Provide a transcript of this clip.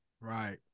right